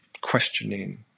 questioning